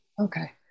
Okay